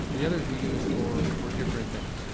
the others we use for for different things,